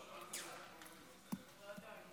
שר האוצר סמוטריץ' בישיבת הקבינט: הרמטכ"ל מדבר על גיוס חרדים,